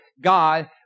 God